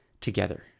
together